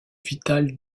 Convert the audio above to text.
vital